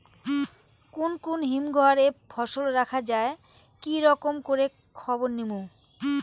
কুন কুন হিমঘর এ ফসল রাখা যায় কি রকম করে খবর নিমু?